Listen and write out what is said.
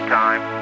time